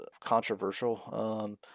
controversial